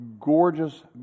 gorgeous